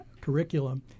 curriculum